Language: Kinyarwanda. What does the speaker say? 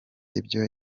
ibyo